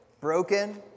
broken